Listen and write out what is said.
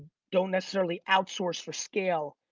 don't necessarily outsource for scale,